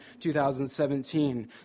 2017